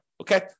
Okay